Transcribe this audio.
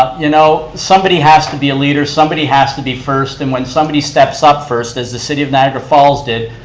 you know somebody has to be a leader, somebody has to be first, and when somebody steps up first, as the city of niagara falls did,